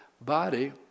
body